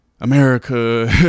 America